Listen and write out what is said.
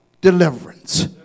deliverance